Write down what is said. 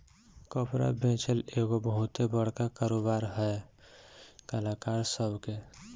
कपड़ा बेचल एगो बहुते बड़का कारोबार है कलाकार सभ के